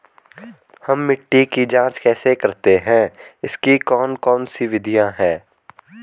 हम मिट्टी की जांच कैसे करते हैं इसकी कौन कौन सी विधियाँ है?